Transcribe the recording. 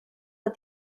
but